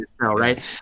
right